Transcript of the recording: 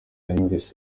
knowless